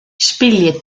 spylje